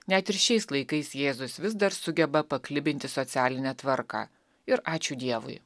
net ir šiais laikais jėzus vis dar sugeba paklibinti socialinę tvarką ir ačiū dievui